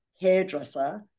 hairdresser